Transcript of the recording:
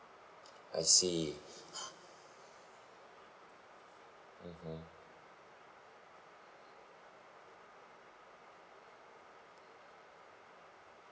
I see mmhmm